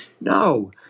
No